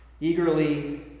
eagerly